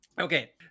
Okay